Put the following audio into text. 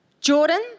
Jordan